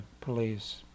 police